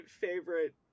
favorite